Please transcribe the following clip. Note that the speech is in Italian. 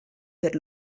per